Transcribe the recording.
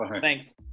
Thanks